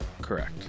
Correct